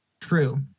True